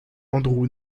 andrew